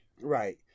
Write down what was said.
Right